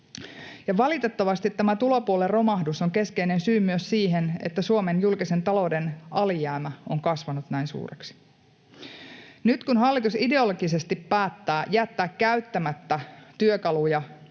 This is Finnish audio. Valitettavasti tämä tulopuolen romahdus on keskeinen syy myös siihen, että Suomen julkisen talouden alijäämä on kasvanut näin suureksi. Nyt kun hallitus ideologisesti päättää jättää käyttämättä työkaluja